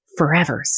forevers